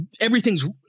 everything's